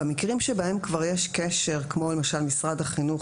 במקרים שבהם כבר יש קשר כמו למשל משרד החינוך